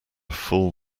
full